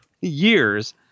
years